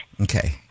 Okay